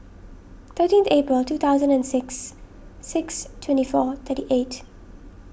thirteen April two thousand and six six twenty four thirty eight